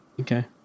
okay